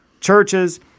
churches